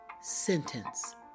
Sentence